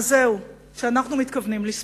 אז זהו, שאנחנו מתכוונים לספור,